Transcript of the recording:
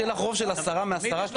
שיהיה לך רוב של עשרה מתוך עשרה?